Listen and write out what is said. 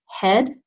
head